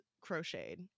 crocheted